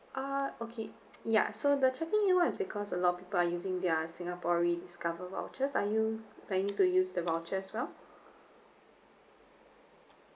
uh okay ya so the checking in wise is because a lot of people are using their singapore rediscover vouchers are you planning to use the voucher as well